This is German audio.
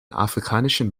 afrikanischen